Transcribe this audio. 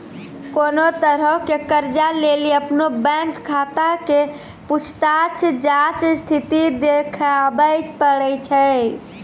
कोनो तरहो के कर्जा लेली अपनो बैंक खाता के पूछताछ जांच स्थिति देखाबै पड़ै छै